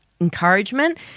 encouragement